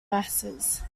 masses